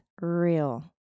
real